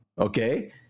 okay